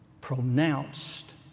pronounced